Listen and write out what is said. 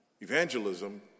Evangelism